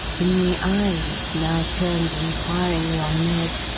in the eyes, now turned inquiringly on meg,